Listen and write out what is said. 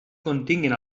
continguen